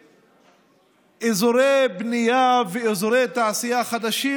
לאזורי בנייה ולאזורי תעשייה חדשים,